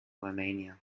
romania